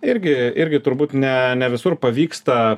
irgi irgi turbūt ne ne visur pavyksta